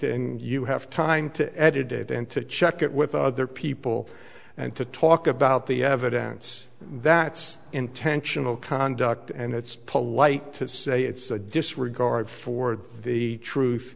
and you have time to edit it and to check it with other people and to talk about the evidence that it's intentional conduct and it's polite to say it's a disregard for the truth